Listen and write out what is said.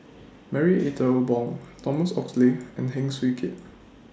Marie Ethel Bong Thomas Oxley and Heng Swee Keat